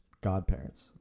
godparents